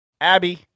Abby